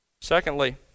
Secondly